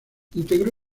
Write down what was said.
integró